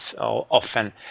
often